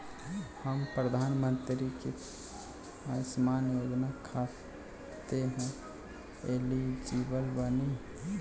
हम प्रधानमंत्री के अंशुमान योजना खाते हैं एलिजिबल बनी?